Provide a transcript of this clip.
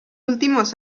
últimos